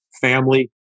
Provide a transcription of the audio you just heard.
family